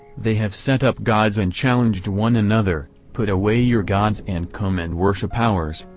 they have set up gods and challenged one another, put away your gods and come and worship ours,